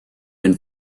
been